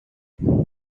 nor